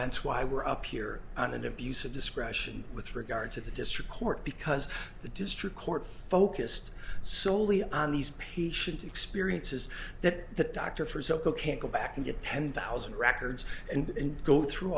that's why we're up here on an abuse of discretion with regard to the district court because the district court focused solely on these patient experiences that the doctor for so you can't go back and get ten thousand records and go through